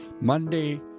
Monday